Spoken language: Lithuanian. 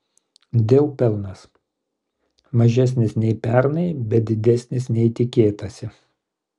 dell pelnas mažesnis nei pernai bet didesnis nei tikėtasi